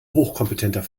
hochkompetenter